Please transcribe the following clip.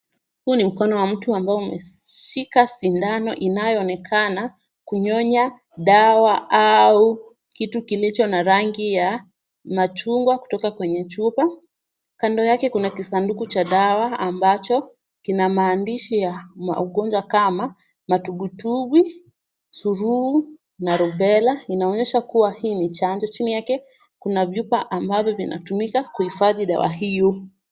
Huu ni mkono wa mtu ambao umeshika sindano inayoonekana kunyonya dawa au kitu kilicho na rangi ya machungwa kutoka kwenye chupa. Kando yake kuna kisanduku cha dawa ambacho kina maandishi ya maugonjwa kama: matumbwitumbwi, surua na rubela. Inaonyesha kuwa hii ni chanjo. Chini yake, kuna vyupa ambavyo vinatumika kuhifadhi dawa hiyo.